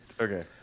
okay